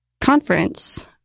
conference